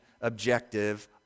objective